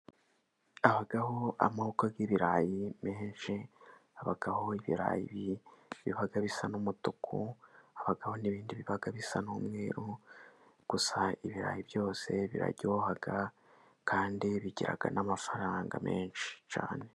Habaho amoko y'ibirayi menshi, habaho ibirayi biba bisa n'umutuku, habaho n'ibindi biba bisa n'umweruru, gusa ibirayi byose biraryohaha, kandi bigira n'amafaranga menshi cyane.